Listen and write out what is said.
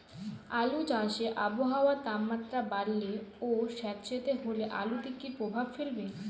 আলু চাষে আবহাওয়ার তাপমাত্রা বাড়লে ও সেতসেতে হলে আলুতে কী প্রভাব ফেলবে?